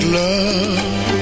love